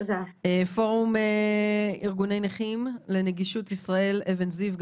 פורום ארגוני נכים לנגישות ישראל, אבן זהב.